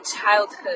childhood